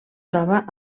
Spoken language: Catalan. troba